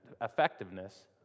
effectiveness